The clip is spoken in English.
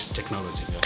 technology